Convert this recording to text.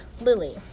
Lily